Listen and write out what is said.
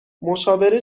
مشاوره